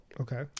Okay